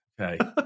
Okay